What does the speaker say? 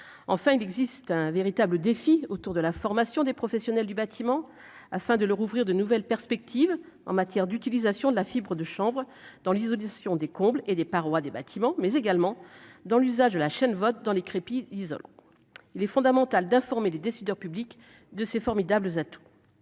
enfin, il existe un véritable défi autour de la formation des professionnels du bâtiment afin de leur ouvrir de nouvelles perspectives en matière d'utilisation de la fibre de chanvre dans les auditions des combles et des parois des bâtiments mais également dans l'usage de la chaîne votre dans les crépi isolant, il est fondamental d'informer les décideurs publics de ces formidables atouts